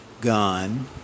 gone